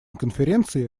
конференции